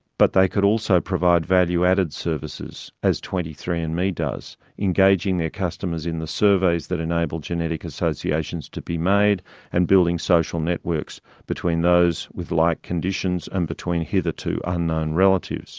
but they could also provide value-added services as twenty three and andme does, engaging their customers in the surveys that enable genetic associations to be made and building social networks between those with like conditions and between hitherto unknown relatives